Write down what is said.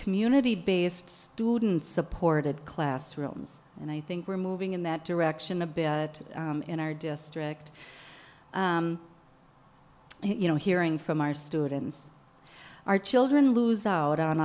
community based students supported classrooms and i think we're moving in that direction a bit in our district you know hearing from our students our children lose out on